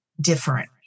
different